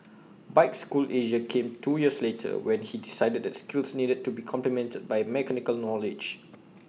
bike school Asia came two years later when he decided that skills needed to be complemented by mechanical knowledge